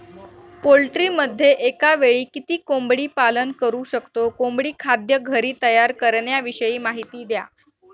पोल्ट्रीमध्ये एकावेळी किती कोंबडी पालन करु शकतो? कोंबडी खाद्य घरी तयार करण्याविषयी माहिती द्या